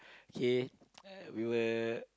okay we were